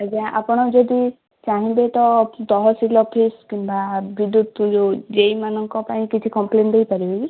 ଆଜ୍ଞା ଆପଣ ଯଦି ଚାହିଁବେ ତ ତହସିଲ୍ ଅଫିସ୍ କିମ୍ବା ବିଦ୍ୟୁତ୍ ଯେଉଁ ଜେଇଇମାନଙ୍କ ପାଇଁ କିଛି କମ୍ପ୍ଲେନ୍ ଦେଇପାରିବେ କି